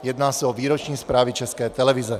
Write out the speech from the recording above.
Jedná se o výroční zprávy České televize.